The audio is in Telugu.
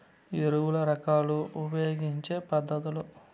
ఎరువుల రకాలు ఉపయోగించే పద్ధతులు?